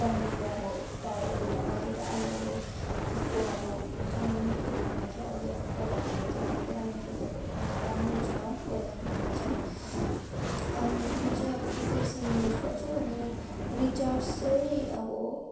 गभर्मेन्टले अब टावरहरू लगाइदिएर अहिले अब त्यस्तो अब जुन नेटवर्किङ भन्छ अहिले अब पहिलाको भन्दा चाहिँ अब पुरा नेटवर्कहरू अब राम्रो छ पहिलाको भन्दा चाहिँ अनि म चाहिँ अब एयरटेल सिम युज गर्छु अनि रिचार्ज चाहिँ अब